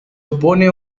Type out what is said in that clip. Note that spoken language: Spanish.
opone